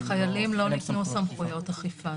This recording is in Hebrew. לחיילים לא ניתנו סמכויות אכיפה,